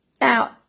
Now